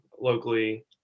locally